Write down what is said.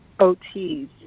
OTs